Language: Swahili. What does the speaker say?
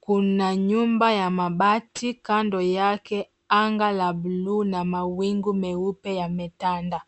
,kuna nyumba ya mabati kando yake anga la bluu na mwingu meupe yametanda.